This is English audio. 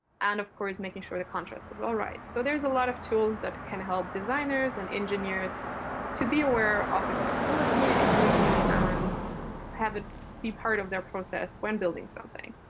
and of course making sure the contrast is all right. so there's a lot of tools that can help designers and engineers to be aware of accessibility and inclusion and have it be part of their process when building something.